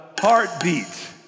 heartbeat